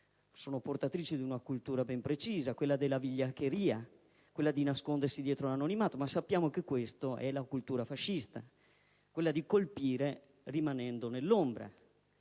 persone portatrici di una cultura ben precisa, quella della vigliaccheria, che porta a nascondersi dietro l'anonimato, e noi sappiamo che questa è la cultura fascista: colpire rimanendo nell'ombra.